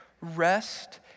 rest